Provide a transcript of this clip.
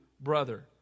brother